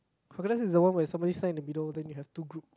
crocodile is the one where somebody stand in the middle then you have two groups